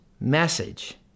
message